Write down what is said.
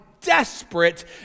desperate